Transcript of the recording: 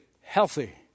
healthy